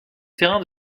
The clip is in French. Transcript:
terrain